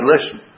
listen